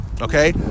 Okay